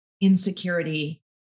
insecurity